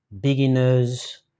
beginners